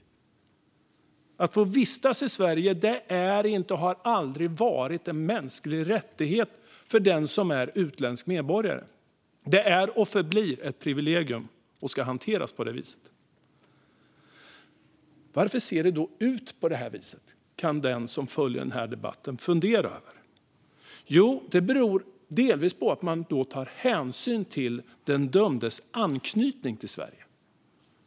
Att få vistas i Sverige är inte en och har aldrig varit mänsklig rättighet för den som är utländsk medborgare - det är och förblir ett privilegium och ska hanteras på det viset. Varför ser det då ut på det här viset, kan den som följer debatten undra. Jo, det beror delvis på att man tar hänsyn till den brottsdömdes anknytning till Sverige.